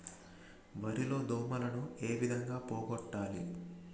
వరి లో దోమలని ఏ విధంగా పోగొట్టాలి?